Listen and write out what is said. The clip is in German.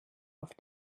auf